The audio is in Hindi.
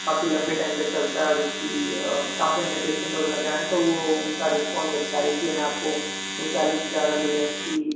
काफ़ी लम्बे टाइम तक चलता है और उसकी काफ़ी हमने पेशेंट को भी लगाए हैं तो उनका रिस्पांस अच्छा है इसलिए मैं आपको वो चालीस हजार वाले लेंस ही